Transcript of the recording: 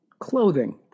clothing